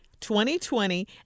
2020